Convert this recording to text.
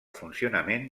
funcionament